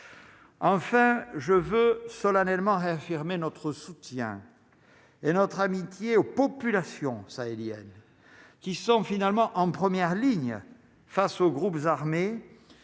enfin je veux solennellement réaffirmer notre soutien et notre amitié aux populations sahéliennes qui sont finalement en première ligne face aux groupes armés